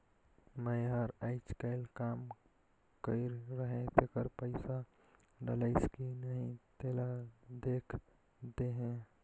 मै हर अईचकायल काम कइर रहें तेकर पइसा डलाईस कि नहीं तेला देख देहे?